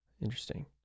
Interesting